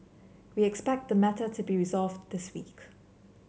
we expect the matter to be resolved this week